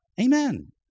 amen